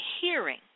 hearing